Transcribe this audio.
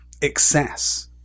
excess